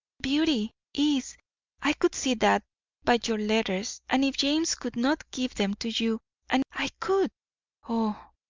beauty, ease i could see that by your letters, and if james could not give them to you and i could oh,